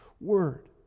word